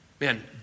man